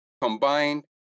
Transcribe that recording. combined